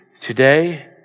today